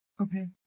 Okay